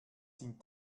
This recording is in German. sind